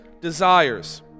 desires